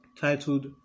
titled